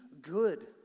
good